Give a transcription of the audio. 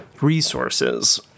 resources